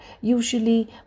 Usually